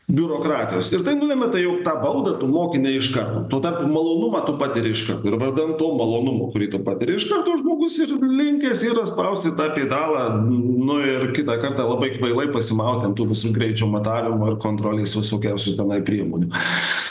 biurokratijos ir tai nulemia tai jog tą baudą tu moki ne iš karto tuo tarpo malonumą tu patiri iš karto ir vardant to malonumo kurį patiri iš karto žmogus ir linkęs yra spausti tą pedalą nu ir kitą kartą labai kvailai pasimauti ant tų visų greičio matavimo ir kontrolės visokiausių tenai priemonių